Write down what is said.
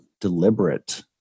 deliberate